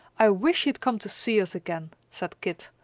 i wish he'd come to see us again, said kit,